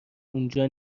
اونجا